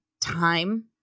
time